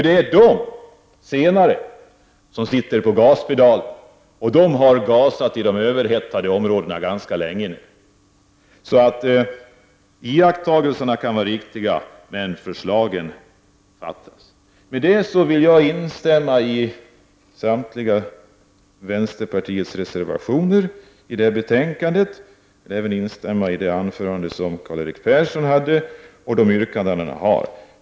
Det är de senare som har foten på gaspedalen, och de har gasat i de överhettade områdena ganska länge. Centerpartiets iakttagelser kan vara riktiga, men förslagen fattas. Med det vill jag instämma i samtliga vänstepartiets reservationer vid detta betänkande och även instämma i det anförande Karl-Erik Persson höll och de yrkanden han anförde.